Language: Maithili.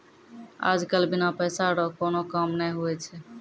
आज कल बिना पैसा रो कोनो काम नै हुवै छै